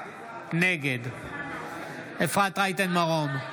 נגד אפרת רייטן מרום,